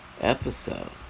Episode